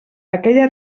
aquella